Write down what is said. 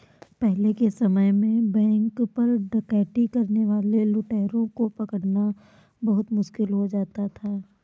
पहले के समय में बैंक पर डकैती करने वाले लुटेरों को पकड़ना बहुत मुश्किल हो जाता था